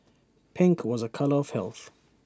pink was A colour of health